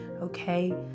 okay